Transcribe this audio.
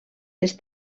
les